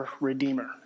Redeemer